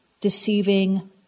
deceiving